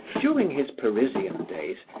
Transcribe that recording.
during his parisian days,